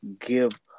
give